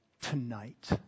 tonight